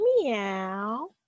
Meow